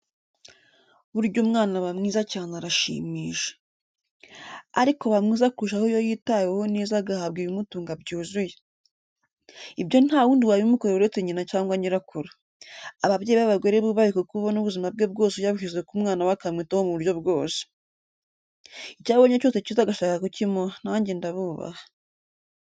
Burya umwana aba mwiza cyane arashimisha. Ariko aba mwiza kurushaho iyo yitaweho neza agahabwa ibimutunga byuzuye. Ibyo ntawundi wabimukorera uretse nyina cyangwa nyirakuru. Ababyeyi b'abagore bubahwe kuko ubona ubuzima bwe bwose yabushyize ku mwana we akamwitaho mu buryo bwose. Icyo abonye cyose kiza agashaka kukimuha najye ndabubaha .